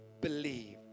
believe